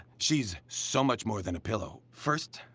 she's so much more than a pillow. first,